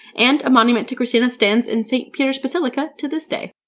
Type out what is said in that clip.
and a monument to kristina stands in st. peter's basilica to this day.